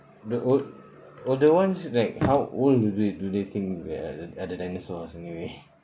the old older ones like how old do they do they think the are the dinosaurs anyway